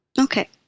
Okay